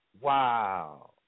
Wow